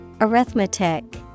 Arithmetic